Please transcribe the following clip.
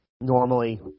Normally